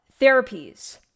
therapies